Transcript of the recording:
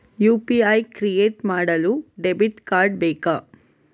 UPI create ಮಾಡಲು debit card ಬೇಕಾ?